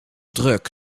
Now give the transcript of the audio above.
druk